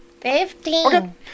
Fifteen